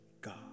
God